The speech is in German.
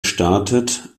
startet